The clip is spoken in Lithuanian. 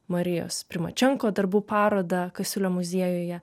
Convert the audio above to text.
marijos primačenko darbų parodą kasiulio muziejuje